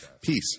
Peace